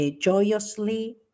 joyously